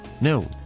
No